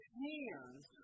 hands